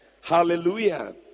Hallelujah